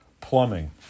plumbing